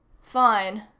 fine,